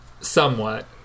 somewhat